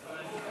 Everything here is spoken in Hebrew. היושבת-ראש,